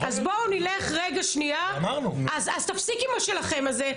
אז תפסיק עם השלכם הזה,